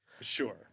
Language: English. sure